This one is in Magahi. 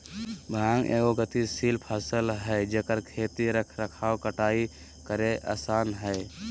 भांग एगो गतिशील फसल हइ जेकर खेती रख रखाव कटाई करेय आसन हइ